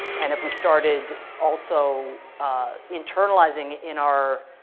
and if we started also internalizing in our